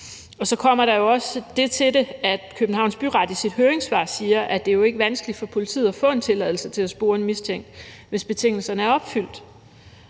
Så kommer der jo også det til det, at Københavns Byret i sit høringssvar siger, at det jo ikke er vanskeligt for politiet at få en tilladelse til at spore en mistænkt, hvis betingelserne er opfyldt.